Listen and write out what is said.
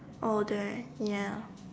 older ya